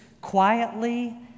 quietly